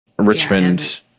Richmond